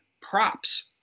props